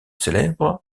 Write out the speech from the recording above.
célèbres